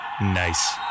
Nice